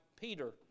Peter